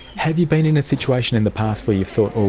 have you been in a situation in the past where you've thought, aw,